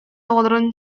оҕолорун